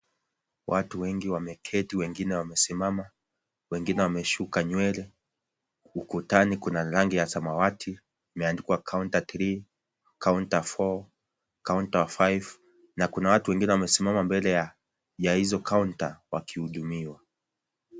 Watu wengi wameketi, wengine wamesimama, wengine wameshuka nywele ,ukutani kuna rangi ya samawati imeandikwa counter three, counter four, counter five na kuna watu wengine wamesimama mbele ya ya hizo counter wakihudumiwa.